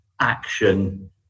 action